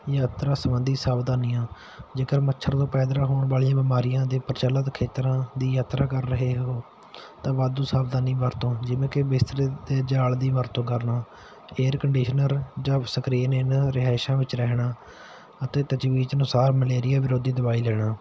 ਯਾਤਰਾ ਸੰਬੰਧੀ ਸਾਵਧਾਨੀਆਂ ਜੇਕਰ ਮੱਛਰ ਤੋਂ ਪੈਦਾ ਹੋਣ ਵਾਲੀਆਂ ਬਿਮਾਰੀਆਂ ਦੇ ਪ੍ਰਚਲਿਤ ਖੇਤਰਾਂ ਦੀ ਯਾਤਰਾ ਕਰ ਰਹੇ ਹੋ ਤਾਂ ਵਾਧੂ ਸਾਵਧਾਨੀ ਵਰਤੋ ਜਿਵੇਂ ਕਿ ਬਿਸਤਰੇ 'ਤੇ ਜਾਲ ਦੀ ਵਰਤੋਂ ਕਰਨਾ ਏਅਰ ਕੰਡੀਸ਼ਨਰ ਜਾਂ ਸਕਰੀਨ ਇਨ ਰਿਹਾਇਸ਼ਾਂ ਵਿੱਚ ਰਹਿਣਾ ਅਤੇ ਤਜਵੀਜ਼ ਅਨੁਸਾਰ ਮਲੇਰੀਏ ਵਿਰੋਧੀ ਦਵਾਈ ਲੈਣਾ